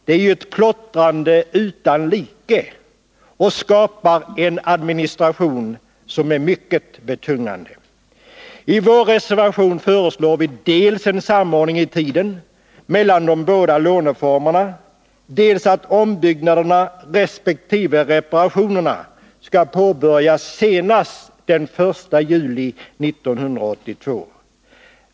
Det är ju ett plottrande utan like och skapar en administration som är mycket betungande. I vår reservation föreslår vi dels en samordning i tiden mellan de båda låneformerna, dels att ombyggnaderna resp. reparationerna skall påbörjas senast den 1 juli 1982.